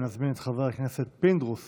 אני מזמין את חבר הכנסת פינדרוס